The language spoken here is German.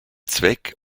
zweck